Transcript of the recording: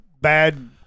bad